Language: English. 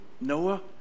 Noah